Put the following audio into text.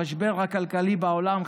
המשבר הכלכלי בעולם,